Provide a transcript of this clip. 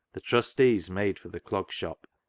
the trustees made for the clog shop,